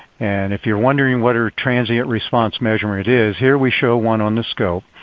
and if you're wondering what a transient response measurement is, here we show one on the scope.